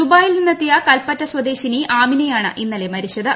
ദുബായിൽ നിന്ന് എത്തിയ കൽപ്പറ്റ സ്വദേശിനി ആമിനയാണ് ഇന്നലെ മരിച്ചത്